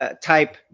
type